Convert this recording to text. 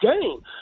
game